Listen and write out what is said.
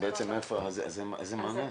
אז איזה מענה?